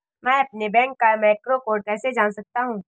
मैं अपने बैंक का मैक्रो कोड कैसे जान सकता हूँ?